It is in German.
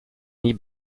nie